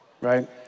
right